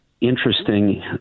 interesting